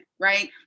right